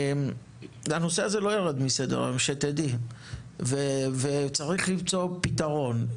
תדעי שהנושא זה לא ירד מסדר-היום וצריך למצוא פתרון.